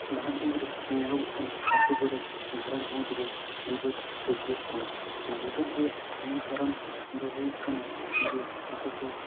ᱱᱟᱦᱟᱜ ᱡᱩᱜᱽ ᱨᱮ ᱧᱮᱞᱚᱜᱚᱜ ᱠᱟᱱᱟ ᱟᱛᱳ ᱠᱚᱨᱮ ᱜᱷᱟᱨᱚᱸᱡᱽ ᱢᱩᱫᱽᱨᱮ ᱵᱤᱵᱟᱹᱫ ᱥᱤᱨᱡᱟᱹᱜ ᱠᱟᱱᱟ ᱱᱚᱣᱟ ᱵᱤᱵᱟᱹᱫ ᱨᱮᱭᱟᱜ ᱢᱩᱞ ᱠᱟᱨᱚᱱ ᱫᱚ ᱦᱩᱭᱩᱜ ᱠᱟᱱᱟ ᱡᱮ ᱟᱠᱚ ᱠᱚ